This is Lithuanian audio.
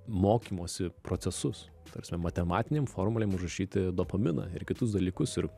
mokymosi procesus ta prasme matematinėm formulėm užrašyti dopaminą ir kitus dalykus ir